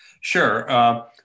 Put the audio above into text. Sure